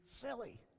silly